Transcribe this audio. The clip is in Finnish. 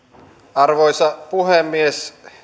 arvoisa puhemies